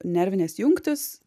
nervinės jungtys